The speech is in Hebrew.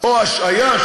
השעיה,